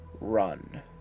Run